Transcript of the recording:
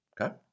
okay